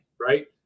right